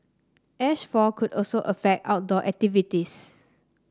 Ash fall could also affect outdoor activities